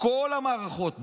כל המערכות,